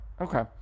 okay